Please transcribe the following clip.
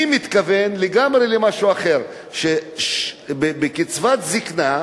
אני מתכוון לגמרי למשהו אחר, שבקצבת זיקנה,